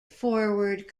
forward